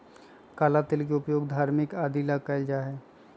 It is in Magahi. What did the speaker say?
काला तिल के उपयोग धार्मिक आदि ला कइल जाहई